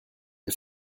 est